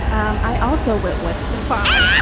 um i also went with to find.